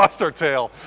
our tail.